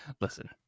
Listen